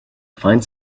find